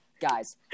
Guys